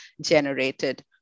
generated